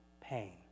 pain